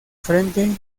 frente